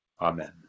amen